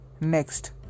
Next